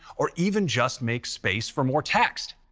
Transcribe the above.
or even just make space for more text.